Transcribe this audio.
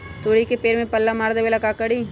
तोड़ी के पेड़ में पल्ला मार देबे ले का करी?